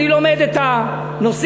אני לומד את הנושאים,